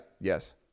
yes